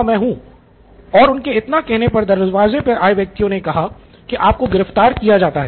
मैं हूं और उनके इतना कहने पर दरवाज़े पे आए व्यक्तियों ने कहा कि आपको गिरफ्तार किया जाता हैं